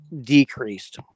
decreased